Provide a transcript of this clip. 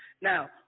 Now